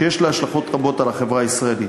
שיש לה השלכות רבות על החברה הישראלית.